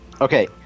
Okay